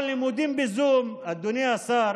אבל לימודים בזום, אדוני השר,